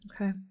Okay